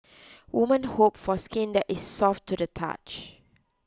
women hope for skin that is soft to the touch